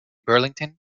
burlington